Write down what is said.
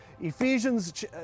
Ephesians